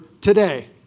today